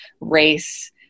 race